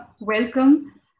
welcome